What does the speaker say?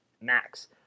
max